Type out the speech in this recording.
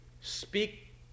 speak